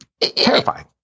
terrifying